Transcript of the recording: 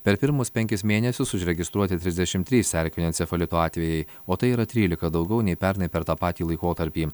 per pirmus penkis mėnesius užregistruoti trisdešim trys erkinio encefalito atvejai o tai yra trylika daugiau nei pernai per tą patį laikotarpį